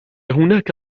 هناك